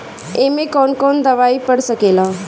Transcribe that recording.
ए में कौन कौन दवाई पढ़ सके ला?